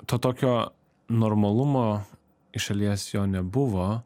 to tokio normalumo iš šalies jo nebuvo